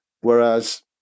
Whereas